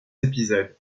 épisodes